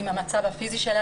עם המצב הפיזי,